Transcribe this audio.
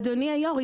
אדוני היו"ר,